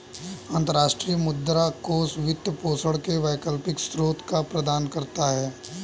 अंतर्राष्ट्रीय मुद्रा कोष वित्त पोषण के वैकल्पिक स्रोत प्रदान करता है